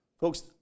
Folks